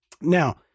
Now